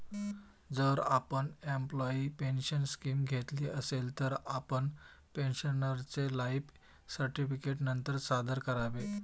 जर आपण employee pension scheme घेतली असेल, तर आपण पेन्शनरचे लाइफ सर्टिफिकेट नंतर सादर करावे